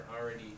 already